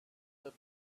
the